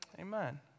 Amen